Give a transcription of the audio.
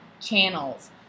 channels